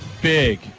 big